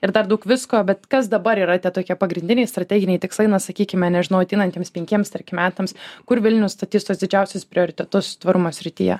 ir dar daug visko bet kas dabar yra tie tokie pagrindiniai strateginiai tikslai na sakykime nežinau ateinantiems penkiems tarkim metams kur vilnius statys tuos didžiausius prioritetus tvarumo srityje